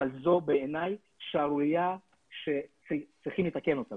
אבל זו בעיניי שערורייה שצריכים לתקן אותה.